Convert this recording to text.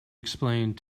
explained